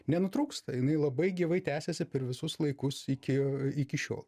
nenutrūksta jinai labai gyvai tęsiasi per visus laikus iki iki šiol